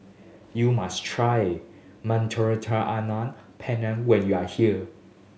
you must try Mediterranean Penne when you are here